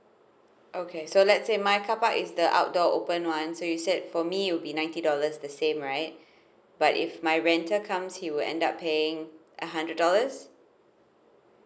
okay so let's say my carpark is the outdoor open one so you said for me will be ninety dollars the same right but if my renter comes he would end up paying a hundred dollars